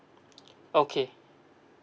okay